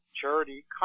charity